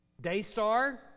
Daystar